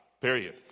period